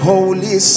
Holy